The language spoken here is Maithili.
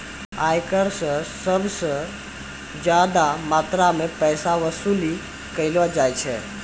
आयकर स सबस ज्यादा मात्रा म पैसा वसूली कयलो जाय छै